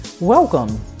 Welcome